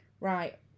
right